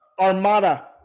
Armada